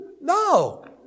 No